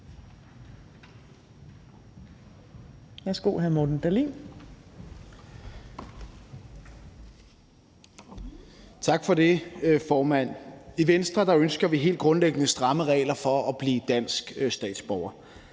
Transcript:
(Ordfører) Morten Dahlin (V): Tak for det, formand. I Venstre ønsker vi helt grundlæggende stramme regler for at blive dansk statsborger.